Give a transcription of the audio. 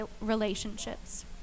relationships